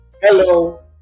Hello